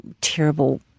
terrible